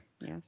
yes